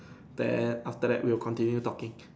then after that we will continue talking